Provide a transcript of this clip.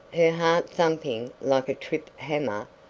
her heart thumping like a trip-hammer,